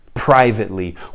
privately